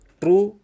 true